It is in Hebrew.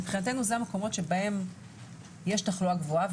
מבחינתנו זה המקומות שבהם יש תחלואה גבוהה,